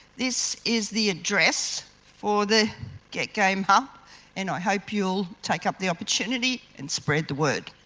this is the address for the get game hub and i hope you'll take up the opportunity and spread the word.